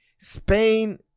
Spain